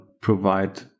provide